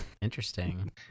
interesting